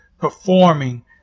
performing